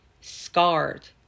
scarred